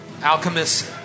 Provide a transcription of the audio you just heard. Alchemist